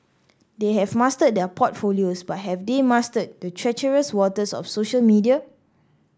they have mastered their portfolios but have they mastered the treacherous waters of social media